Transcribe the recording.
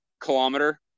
kilometer